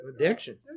addiction